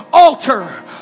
Alter